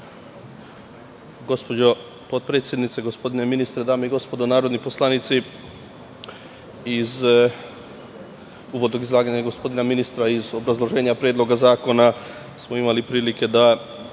Gospođo potpredsednice, gospodine ministre, dame i gospodo narodni poslanici, iz uvodnog izlaganja gospodina ministra i iz obrazloženja Predloga zakona smo imali prilike da